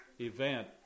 event